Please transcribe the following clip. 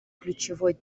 ключевой